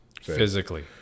Physically